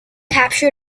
capture